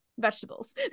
Vegetables